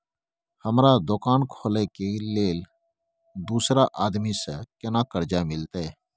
हमरा दुकान खोले के लेल दूसरा आदमी से केना कर्जा मिलते?